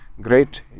great